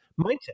mindset